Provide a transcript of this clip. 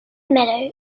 meadow